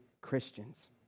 Christians